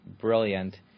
brilliant